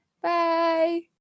Bye